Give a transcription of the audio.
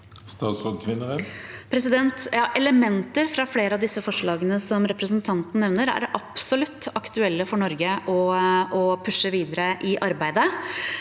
Ja, elementer fra flere av disse forslagene som representanten nevner, er absolutt aktuelle for Norge å pushe videre i arbeidet.